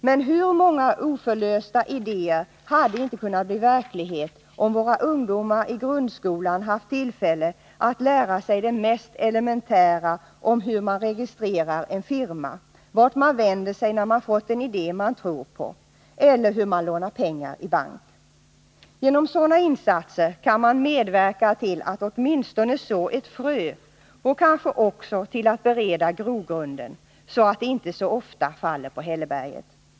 Men hur många oförlösta idéer hade inte kunnat bli verklighet om våra ungdomar i grundskolan hade haft tillfälle att lära sig det mest elementära om hur man registrerar en firma, vart man vänder sig när man har fått en idé som man tror på eller hur man lånar pengar i bank. Genom sådana insatser kan man medverka till att åtminstone så ett frö och kanske också till att bereda grogrunden, så att fröet inte så ofta faller på hälleberget.